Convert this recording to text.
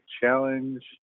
Challenge